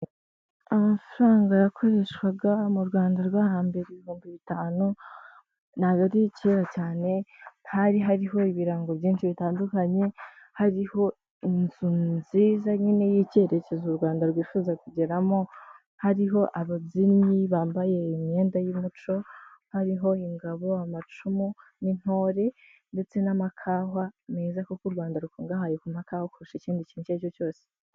Amafaranga yakoreshwaga mu Rwanda rwo hambere ibihumbi bitanu, ntabwo ari kera cyane, hari hariho ibirango byinshi bitandukanye, hariho inzu nziza nyine y'icyerekezo u Rwanda rwifuza kugeramo, hariho ababyinnyi bambaye imyenda y'umuco, hariho ingabo, amacumu n'intore ndetse n'amakawa meza, kuko u Rwanda rukungahaye ku makawa kurusha ikindi kintu icyo ari cyo cyose.